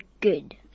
good